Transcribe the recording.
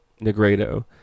Negredo